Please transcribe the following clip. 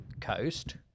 coast